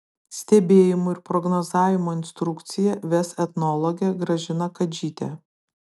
stebėjimų ir prognozavimo instrukciją ves etnologė gražina kadžytė